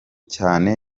cyane